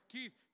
Keith